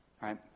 Right